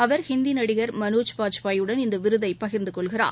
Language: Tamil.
அவர் இந்தி நடிகர் மனோஜ் பாஜ்பாயுடன் இந்த விருதை பகிர்ந்துகொள்கிறார்